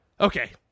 Okay